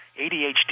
ADHD